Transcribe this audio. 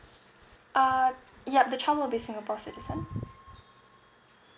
uh yup the child will be singapore citizen